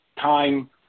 time